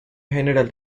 general